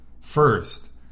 First